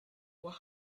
were